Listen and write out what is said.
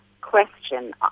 question